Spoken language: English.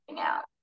out